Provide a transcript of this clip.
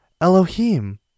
Elohim